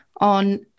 on